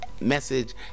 message